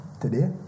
today